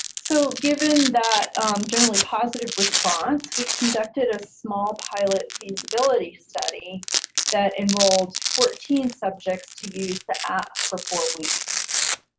so given that generally positive response, we conducted a small pilot feasibility study that enrolled fourteen subjects to use the app for four weeks.